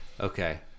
okay